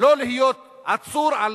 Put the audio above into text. לא להיות עצור על